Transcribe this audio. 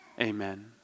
amen